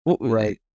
Right